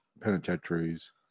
penitentiaries